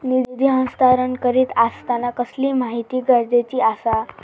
निधी हस्तांतरण करीत आसताना कसली माहिती गरजेची आसा?